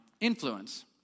influence